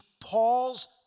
Paul's